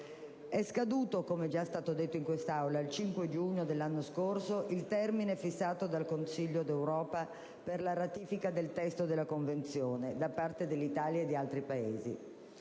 scaduto - com'è stato detto in quest'Aula - il 5 giugno dell'anno scorso il termine fissato dal Consiglio dell'Unione europea per la ratifica del testo della Convenzione del 1996 da parte dell'Italia e di altri Paesi